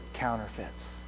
counterfeits